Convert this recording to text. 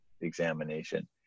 examination